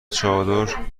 چادر